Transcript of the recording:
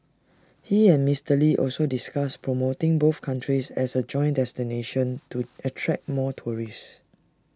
he and Mister lee also discussed promoting both countries as A joint destination to attract more tourists